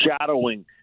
shadowing